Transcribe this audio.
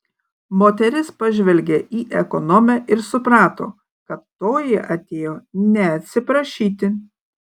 moteris pažvelgė į ekonomę ir suprato kad toji atėjo ne atsiprašyti